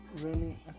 running